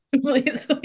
please